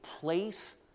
place